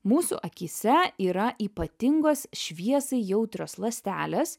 mūsų akyse yra ypatingos šviesai jautrios ląstelės